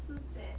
so sad